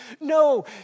No